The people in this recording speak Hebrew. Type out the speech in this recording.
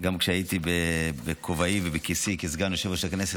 גם כשהייתי בכובעי ובכיסאי כסגן יושב-ראש הכנסת